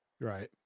Right